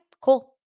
cool